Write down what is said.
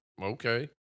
Okay